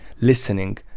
listening